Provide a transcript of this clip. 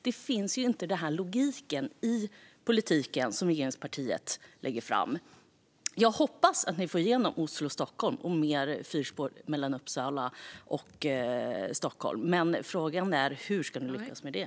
Det finns ingen logik i den politik regeringen lägger fram. Jag hoppas att ni får igenom Oslo-Stockholm och fyrspår mellan Uppsala och Stockholm. Frågan är bara hur ni ska lyckas med det.